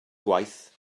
gwaith